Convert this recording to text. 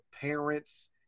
parents